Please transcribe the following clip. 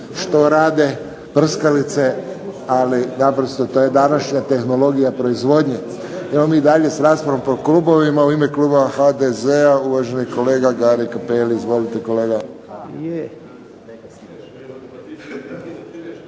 što rade prskalice. Ali naprosto to je današnja tehnologija proizvodnje. Idemo mi dalje sa raspravom po klubovima. U ime kluba HDZ-a uvaženi kolega Gari Cappelli. Izvolite kolega.